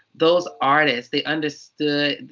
those artists, they understood.